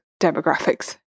demographics